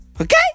Okay